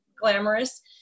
glamorous